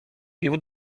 bił